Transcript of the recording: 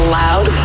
loud